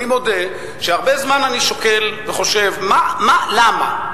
אני מודה שהרבה זמן אני שוקל וחושב: למה?